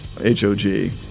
H-O-G